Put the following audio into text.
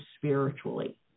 spiritually